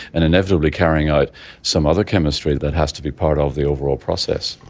and inevitably carrying out some other chemistry that has to be part of the overall process.